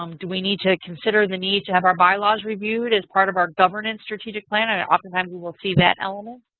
um do we need to consider the need to have our bylaws reviewed as part of our governance strategic plan? and and oftentimes we will see that element.